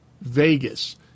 Vegas